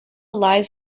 lies